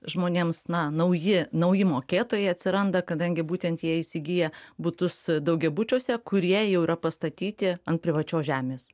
žmonėms na nauji nauji mokėtojai atsiranda kadangi būtent jie įsigyja butus daugiabučiuose kurie jau yra pastatyti ant privačios žemės